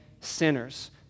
sinners